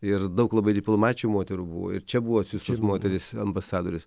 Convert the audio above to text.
ir daug labai diplomačių moterų buvo ir čia buvo atsiųstos moterys ambasadorės